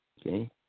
okay